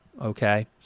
Okay